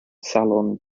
salon